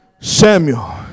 Samuel